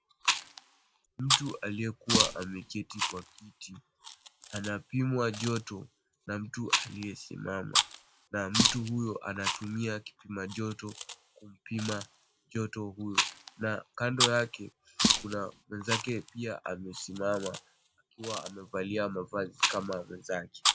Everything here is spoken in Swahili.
Mtu aliyekua ameketi kwa kiti anapimwa joto na mtu aliyesimama na mtu huyo anatumia kipimajoto kumpima joto huyo na kando yake kuna mwenzake pia amesimama akiwa amevalia mavazi kama ya mwenzake.